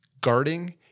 Guarding